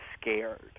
scared